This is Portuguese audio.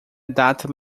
data